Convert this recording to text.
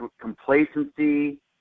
complacency